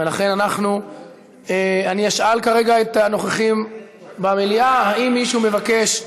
ולכן אני אשאל כרגע את הנוכחים במליאה: האם מישהו מבקש,